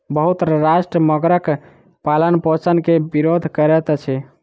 बहुत राष्ट्र मगरक पालनपोषण के विरोध करैत अछि